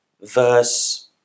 verse